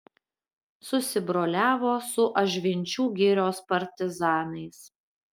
susibroliavo su ažvinčių girios partizanais